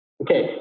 Okay